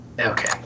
okay